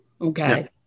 Okay